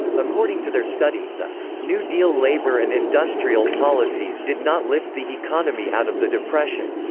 according to their study, the new deal labor and industrial policies did not lift the economy out of the depression,